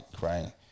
right